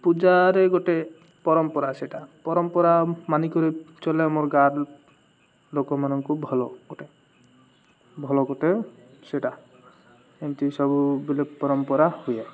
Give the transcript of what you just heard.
ପୂଜାରେ ଗୋଟେ ପରମ୍ପରା ସେଇଟା ପରମ୍ପରା ମାନିିକରି ଚଳେ ଆମର ଗାଁ ଲୋକମାନଙ୍କୁ ଭଲ ଗୋଟେ ଭଲ ଗୋଟେ ସେଇଟା ଏମିତି ସବୁବେଳେ ପରମ୍ପରା ହୁଏ